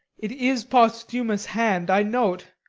it is posthumus' hand i know't.